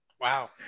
Wow